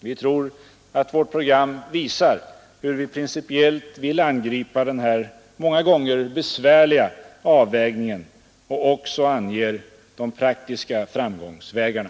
Vi tror att vårt program visar hur vi principiellt vill angripa den här många gånger besvärliga avvägningen och också anger de praktiska framgångsvägarna.